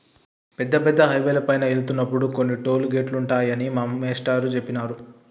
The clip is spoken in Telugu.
పెద్ద పెద్ద హైవేల పైన వెళ్తున్నప్పుడు కొన్ని టోలు గేటులుంటాయని మా మేష్టారు జెప్పినారు